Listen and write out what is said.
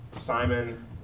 Simon